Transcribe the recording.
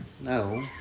No